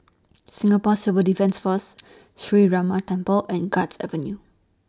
Singapore Civil Defence Force Sree Ramar Temple and Guards Avenue